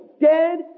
dead